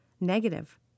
negative